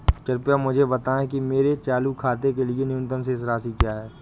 कृपया मुझे बताएं कि मेरे चालू खाते के लिए न्यूनतम शेष राशि क्या है?